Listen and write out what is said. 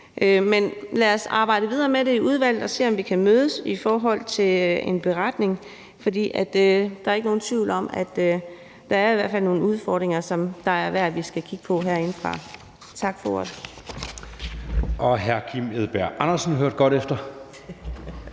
lad os arbejde videre med det i udvalget og se, om vi kan mødes i forhold til en beretning, for der er ikke nogen tvivl om, at der i hvert fald er nogle udfordringer, som det er værd at vi kigger på herindefra.